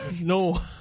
No